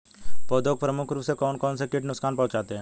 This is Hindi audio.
पौधों को प्रमुख रूप से कौन कौन से कीट नुकसान पहुंचाते हैं?